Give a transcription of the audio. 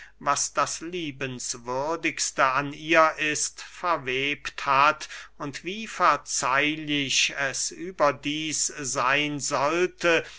was das liebenswürdigste an ihr ist verwebt hat und wie verzeihlich es überdieß seyn sollte